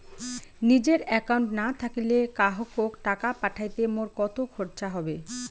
নিজের একাউন্ট না থাকিলে কাহকো টাকা পাঠাইতে মোর কতো খরচা হবে?